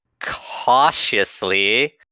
cautiously